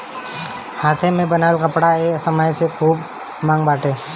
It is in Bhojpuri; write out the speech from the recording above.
हाथे से बनल कपड़ा के ए समय में खूब मांग बाटे